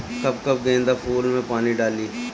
कब कब गेंदा फुल में पानी डाली?